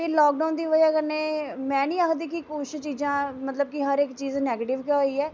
ते लाकडाउन दी बजह् कन्नै में निं आखदी कि कुछ चीजां मतलब कि हर इक चीज नैगटिव गै होई ऐ